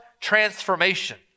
transformation